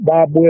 Bob